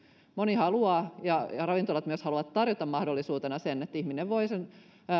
moni haluaa ja myös ravintolat haluavat tarjota mahdollisuutena sen että ihminen voi sen